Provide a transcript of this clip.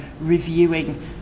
reviewing